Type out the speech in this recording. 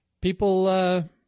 People